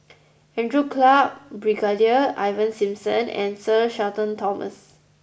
Andrew Clarke Brigadier Ivan Simson and Sir Shenton Thomas